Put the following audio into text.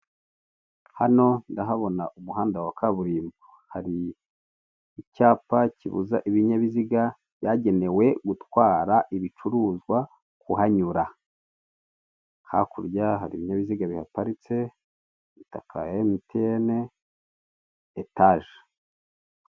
Hano ndahabona umuhanda wa kaburimbo hari icyapa kibuza ibinyabiziga byagenewe gutwara ibicuruzwa kuhanyura hakurya hari ibinyabiziga bihaparitse, imitaka ya MTN, etaje.